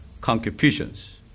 concupiscence